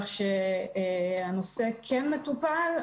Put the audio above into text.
הנושא כן מטופל.